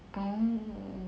oh